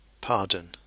pardon